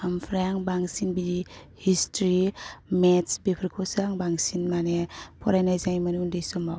ओमफ्राय आं बांसिन बि हिसट्रि मेथ्स बेफोरखौसो आं बांसिन माने फरायनाय जायोमोन उन्दै समाव